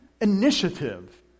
initiative